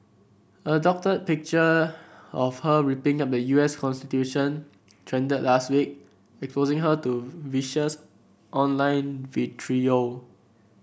a doctored picture of her ripping up the U S constitution trended last week exposing her to vicious online vitriol